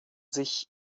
sich